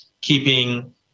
keeping